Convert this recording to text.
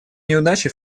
неудачи